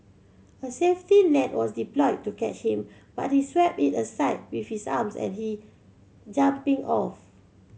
a safety net was deployed to catch him but he swept it aside with his arms and he jumping off